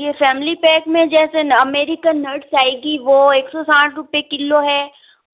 ये family pack में जैसे ना अमेरिकन नट्स आएगी वो एक सौ साठ रुपये किलो है